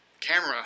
camera